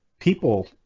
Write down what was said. people